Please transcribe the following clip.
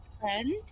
friend